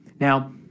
Now